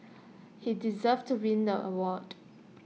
he deserved to win the award